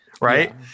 right